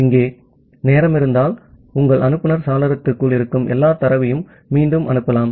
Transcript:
அங்கே நேரம் இருந்தால் உங்கள் அனுப்புநர் சாளரத்திற்குள் இருக்கும் எல்லா தரவையும் மீண்டும் அனுப்பலாம்